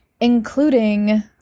including